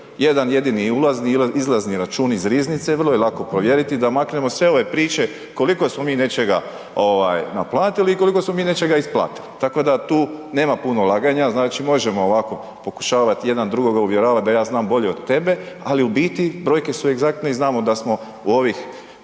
jedan jedini ulazni i izlazni račun iz riznice vrlo je lako provjeriti da maknemo sve ove priče koliko smo mi nečega naplatili i koliko smo mi nečega isplatili, tako da tu nema puno laganja, znači možemo ovako pokušavati uvjeravati da ja znam bolje od tebe ali u biti brojke su egzaktne i znamo da smo u ovih